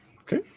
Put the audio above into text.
Okay